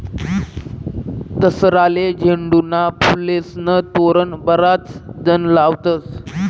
दसराले झेंडूना फुलेस्नं तोरण बराच जण लावतस